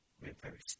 reverse